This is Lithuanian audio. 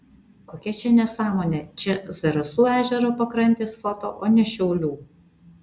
kokia čia nesąmonė čia zarasų ežero pakrantės foto o ne šiaulių